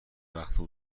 وقتا